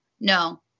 no